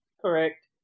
Correct